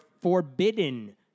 forbidden